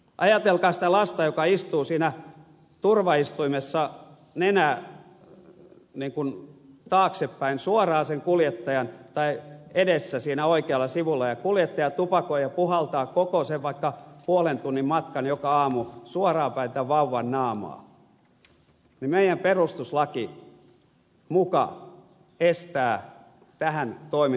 ajatelkaa sitä lasta joka istuu siinä turvaistuimessa nenä taaksepäin edessä siinä oikealla sivulla ja jos kuljettaja tupakoi ja puhaltaa koko sen vaikka puolen tunnin matkan joka aamu suoraan päin tämän vauvan naamaa niin meidän perustuslaki muka estää tähän toimintaan puuttumisen